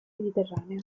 mediterranea